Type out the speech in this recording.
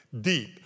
deep